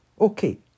Okay